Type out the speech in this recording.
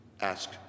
ask